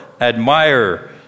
admire